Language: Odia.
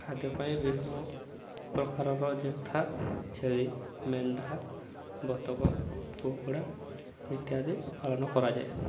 ଖାଦ୍ୟ ପାଇଁ ବିଭିନ୍ନ ପ୍ରକାରର ଯଉ ଛେଳି ମେଣ୍ଢା ବତକ କୁକୁଡ଼ା ଇତ୍ୟାଦି ପାଳନ କରାଯାଏ